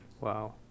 wow